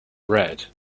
red